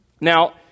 Now